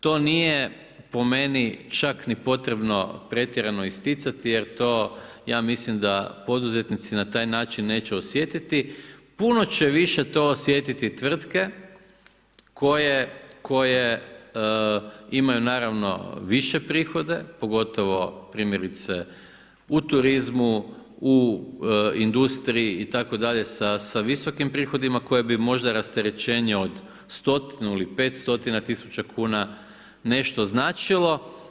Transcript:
To nije po meni čak ni potrebno pretjerano isticati jer to ja mislim da poduzetnici na taj način neće osjetiti, puno će više to osjetiti tvrtke koje imaju naravno više prihode pogotovo primjerice u turizmu, u industriji itd. sa visokim prihodima koje bi možda rasterećenje od stotinu ili 5 stotina tisuća kuna nešto značilo.